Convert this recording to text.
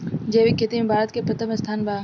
जैविक खेती में भारत के प्रथम स्थान बा